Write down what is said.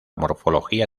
morfología